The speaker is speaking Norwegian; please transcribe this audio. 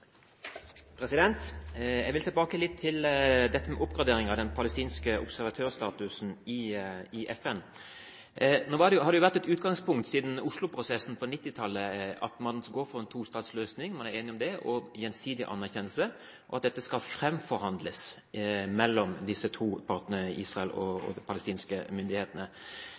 Jeg vil tilbake til dette med oppgradering av den palestinske observatørstatusen i FN. Nå har det jo vært et utgangspunkt siden Oslo-prosessen på 1990-tallet at man skulle gå for en tostatsløsning – man er enig om det – og gjensidig anerkjennelse, og at dette skal framforhandles mellom disse to partene, Israel og de palestinske myndighetene.